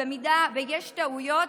ואם יש בו טעויות,